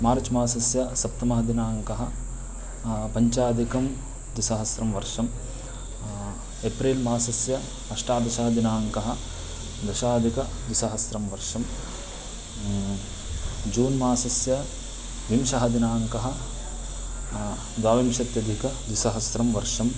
मार्च् मासस्य सप्तमः दिनाङ्कः पञ्चाधिक द्विसहस्रं वर्षम् एप्रिल् मासस्य अष्टादशः दिनाङ्कः दशाधिकद्विसहस्रं वर्षं जून् मासस्य विंशतिः दिनाङ्कः द्वाविंशत्यधिकद्विसहस्रं वर्षम्